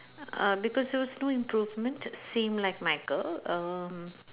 uh because there was no improvement same like my girl um